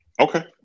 Okay